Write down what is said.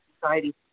Society